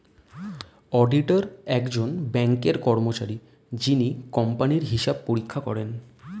auditor একজন ব্যাঙ্কের কর্মচারী যিনি কোম্পানির হিসাব পরীক্ষা করেন